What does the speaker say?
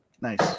nice